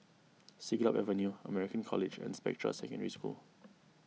Siglap Avenue American College and Spectra Secondary School